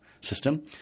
system